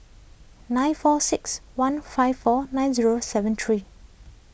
nine four six one five four nine zero seven three